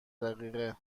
دقیقه